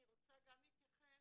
אני רוצה להתייחס,